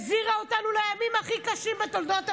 החזירה אותנו לימים הכי קשים בתולדות המדינה?